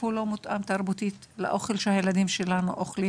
האוכל הזה לא מותאם תרבותית לאוכל שהילדים שלנו אוכלים